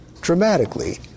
dramatically